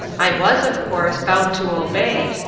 i was, of course, bound to obey,